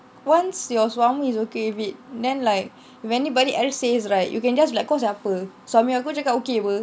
once your suami is okay with it then like if anybody else says right you can just like kau siapa suami aku cakap okay apa